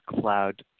cloud